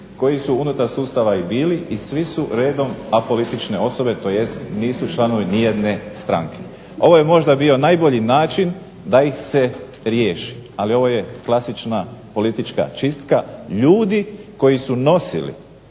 koji su unutar sustava i bili i svi su redom apolitične osobe, tj. nisu članovi ni jedne stranke. Ovo je možda bio najbolji način da ih se riješi, ali ovo je klasična politička čistka. Ljudi koji su nosili